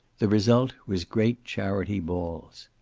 the result was great charity balls.